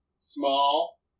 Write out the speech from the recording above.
small